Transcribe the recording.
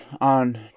on